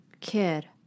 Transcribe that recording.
kid